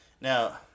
Now